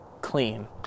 clean